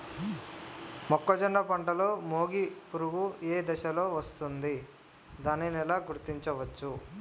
మొక్కజొన్న పంటలో మొగి పురుగు ఏ దశలో వస్తుంది? దానిని ఎలా గుర్తించవచ్చు?